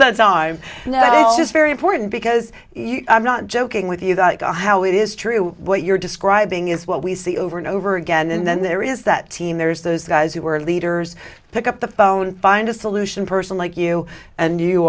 this very important because i'm not joking with you got to how it is true what you're describing is what we see over and over again and then there is that team there is those guys who are leaders pick up the phone find a solution person like you and